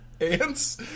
Ants